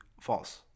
false